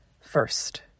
First